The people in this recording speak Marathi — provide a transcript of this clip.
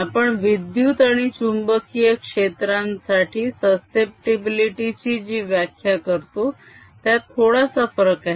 आपण विद्युत आणि चुंबकीय क्षेत्रांसाठी सस्सेप्टीबिलीटी ची जी व्याख्या करतो त्यात थोडासा फरक आहे